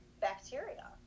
bacteria